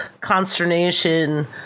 consternation